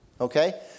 Okay